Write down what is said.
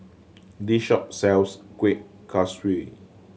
this shop sells Kuih Kaswi